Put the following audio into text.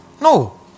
No